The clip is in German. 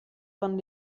von